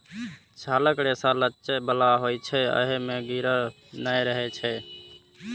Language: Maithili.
छालक रेशा लचै बला होइ छै, अय मे गिरह नै रहै छै